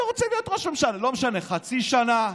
אתה רוצה להיות ראש ממשלה, לא משנה, חצי שנה,